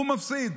הוא מפסיד.